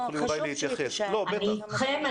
אני אתכם.